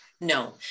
no